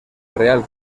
real